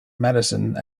medicine